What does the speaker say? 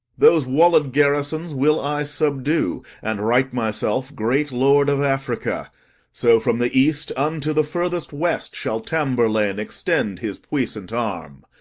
those walled garrisons will i subdue, and write myself great lord of africa so from the east unto the furthest west shall tamburlaine extend his puissant arm.